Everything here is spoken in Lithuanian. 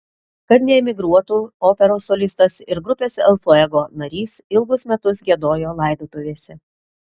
kad neemigruotų operos solistas ir grupės el fuego narys ilgus metus giedojo laidotuvėse